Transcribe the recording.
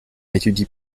étudie